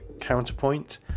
Counterpoint